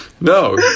No